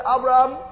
Abraham